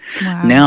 Now